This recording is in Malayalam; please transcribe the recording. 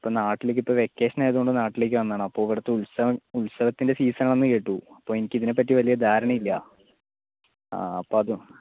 ഇപ്പോൾ നാട്ടിലേക്ക് ഇവിടെ വെക്കേഷൻ ആയതുകൊണ്ട് നാട്ടിലേക്ക് വന്നതാണ് അപ്പൊൾ ഇവിടുത്തെ ഉത്സവം ഉത്സവത്തിൻ്റെ സീസണാണെന്നു കേട്ടു അപ്പോൾ എനിക്ക് ഇതിനെപ്പറ്റി വലിയ ധാരണയില്ല അപ്പോൾ അത്